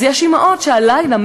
אז יש אימהות שהלילה,